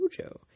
Jojo